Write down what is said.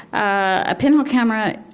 a pinhole camera,